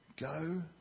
go